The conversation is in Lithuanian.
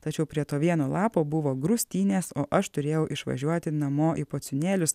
tačiau prie to vieno lapo buvo grūstinės o aš turėjau išvažiuoti namo į pociūnėlius